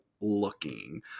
looking